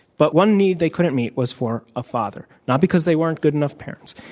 but one need they couldn't meet was for a father, not because they weren't good enough parents.